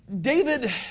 David